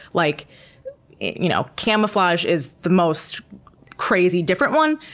like you know camouflage is the most crazy-different one,